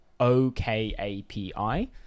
o-k-a-p-i